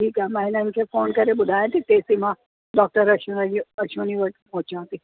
ठीकु आहे मां उन्हनि खे फ़ोन करे ॿुधायां थी तेसिताईं मां डॉक्टर अश्विनी अश्विनी वटि पहुचाती